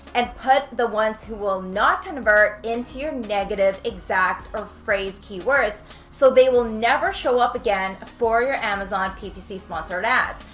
and put the ones that will not convert into your negative exact or phrase keywords so they will never show up again for your amazon ppc sponsored ads.